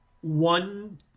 one